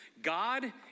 God